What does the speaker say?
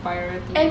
priorities